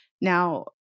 Now